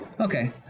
okay